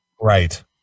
Right